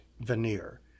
veneer